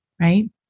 right